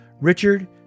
richard